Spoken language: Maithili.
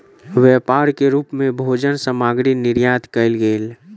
व्यापार के रूप मे भोजन सामग्री निर्यात कयल गेल